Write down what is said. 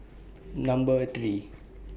Number three